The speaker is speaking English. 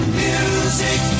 music